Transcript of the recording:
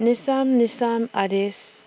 Nissim Nassim Adis